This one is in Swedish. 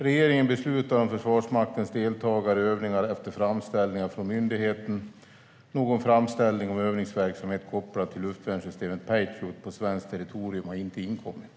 Regeringen beslutar om Försvarsmaktens deltagande i övningar efter framställning från myndigheten. Någon framställning om övningsverksamhet kopplad till luftvärnssystemet Patriot på svenskt territorium har inte inkommit.